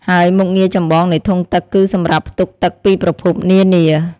ហើយមុខងារចម្បងនៃធុងទឹកគឺសម្រាប់ផ្ទុកទឹកពីប្រភពនានា។